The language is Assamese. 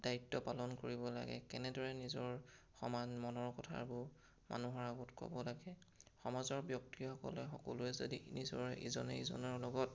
দায়িত্ব পালন কৰিব লাগে কেনেদৰে নিজৰ সমান মনৰ কথাবোৰ মানুহৰ আগত ক'ব লাগে সমাজৰ ব্যক্তিসকলে সকলোৱে যদি নিজৰ ইজনে সিজনৰ লগত